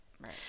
Right